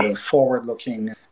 forward-looking